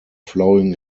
flowing